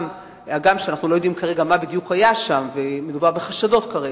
הגם שאיננו יודעים כרגע מה בדיוק היה שם ומדובר בחשדות כרגע,